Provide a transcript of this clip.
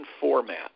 format